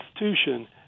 institution